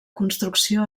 construcció